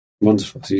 Wonderful